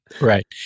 Right